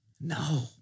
No